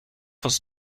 was